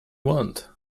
want